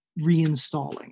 reinstalling